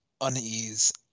unease